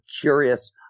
curious